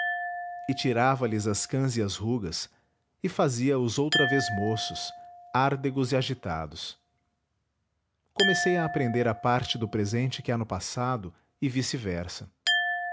e tirava lhes as cãs e as rugas e fazia-os outra vez moços árdegos e agitados comecei a aprender a parte do presente que há no passado e